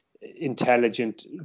intelligent